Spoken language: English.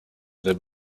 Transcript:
their